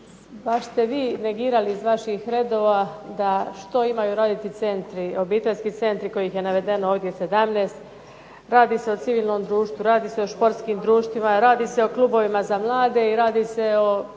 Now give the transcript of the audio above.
baš ste vi negirali iz vaših redova da što imaju raditi centri, obiteljski centri kojih je navedeno ovdje 17, radi se o civilnom društvu, radi se o športskim društvima, radi se o klubovima za mlade, i radi se o